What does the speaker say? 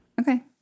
Okay